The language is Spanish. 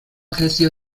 crecido